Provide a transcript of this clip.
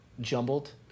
jumbled